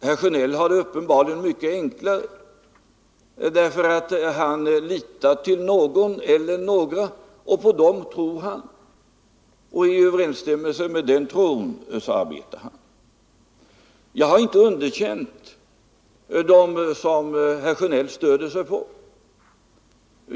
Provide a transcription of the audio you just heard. Herr Sjönell har det uppenbarligen mycket enklare, därför att han litar till någon eller några. På dem tror han, och i överensstämmelse med den tron arbetar han. Jag har inte underkänt dem som herr Sjönell stöder sig på.